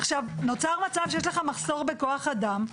עכשיו, נוצר מצב שיש לך מחסור בכוח אדם.